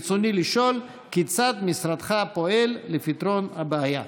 ברצוני לשאול: כיצד משרדך פועל לפתרון הבעיה?